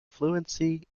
fluency